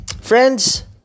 Friends